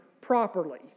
properly